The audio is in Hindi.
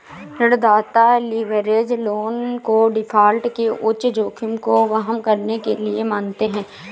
ऋणदाता लीवरेज लोन को डिफ़ॉल्ट के उच्च जोखिम को वहन करने के लिए मानते हैं